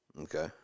Okay